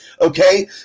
okay